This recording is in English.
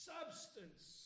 Substance